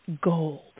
gold